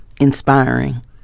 inspiring